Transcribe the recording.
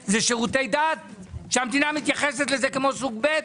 זה שירותי דת שהמדינה מתייחסת לזה כמו סוג ב'?